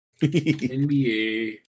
NBA